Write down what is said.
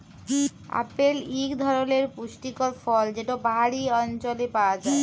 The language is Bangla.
আপেল ইক ধরলের পুষ্টিকর ফল যেট পাহাড়ি অল্চলে হ্যয়